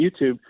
YouTube